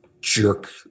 jerk